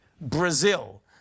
Brazil